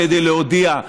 כדי להודיע: